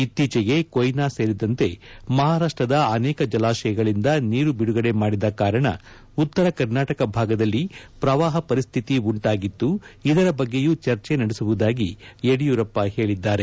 ಇತ್ತೀಚೆಗೆ ಕೊಯ್ನಾ ಸೇರಿದಂತೆ ಮಹಾರಾಷ್ಟದ ಅನೇಕ ಜಲಾಶಯಗಳಿಂದ ನೀರು ಬಿಡುಗಡೆ ಮಾಡಿದ ಕಾರಣ ಉತ್ತರ ಕರ್ನಾಟಕ ಭಾಗದಲ್ಲಿ ಪ್ರವಾಹ ಪರಿಸ್ಥಿತಿ ಉಂಟಾಗಿತ್ತು ಇದರ ಬಗ್ಗೆಯೂ ಚರ್ಚೆ ನಡೆಸುವುದಾಗಿ ಯಡಿಯೂರಪ್ಪ ಹೇಳಿದ್ದಾರೆ